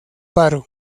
paro